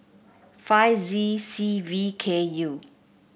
five Z C V K U